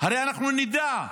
הרי אנחנו נדע.